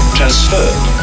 transferred